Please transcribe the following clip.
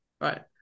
Right